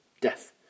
death